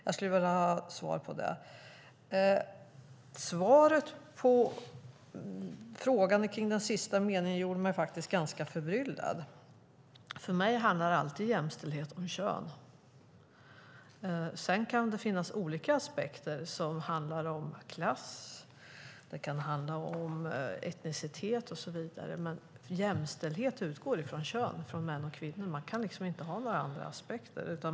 Jag skulle vilja ha svar på det. Svaret på frågan om den sista meningen gjorde mig faktiskt ganska förbryllad. För mig handlar jämställdhet alltid om kön. Sedan kan det finnas olika aspekter som handlar om klass, etnicitet och så vidare. Men jämställdhet utgår från kön, från män och kvinnor. Man kan inte ha några andra aspekter.